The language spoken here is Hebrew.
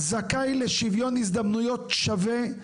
זכאי לשוויון הזדמנויות שווה,